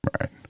Right